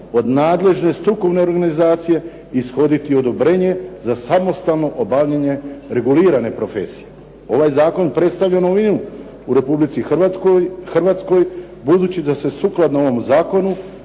od nadležne strukovne organizacije ishoditi odobrenje za samostalno obavljanje regulirane profesije. Ovaj zakon predstavlja novinu u Republici Hrvatskoj budući da se sukladno ovom zakonu,